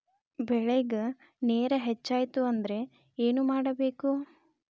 ಬೆಳೇಗ್ ನೇರ ಹೆಚ್ಚಾಯ್ತು ಅಂದ್ರೆ ಏನು ಮಾಡಬೇಕು?